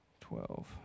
twelve